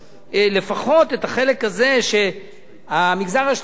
לפחות את החלק הזה, שהמגזר השלישי